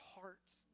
hearts